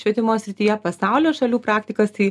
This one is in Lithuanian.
švietimo srityje pasaulio šalių praktikas tai